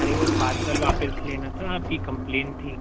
अरे वह पार्सल वापस लेना था आपकी कम्प्लेन थी